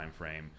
timeframe